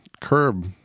curb